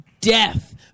death